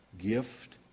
gift